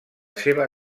seva